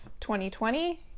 2020